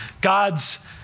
God's